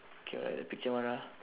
K alright the picture one ah